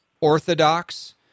orthodox